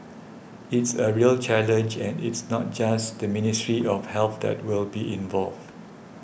it's a real challenge and it's not just the Ministry of Health that will be involved